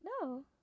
No